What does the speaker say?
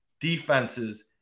defenses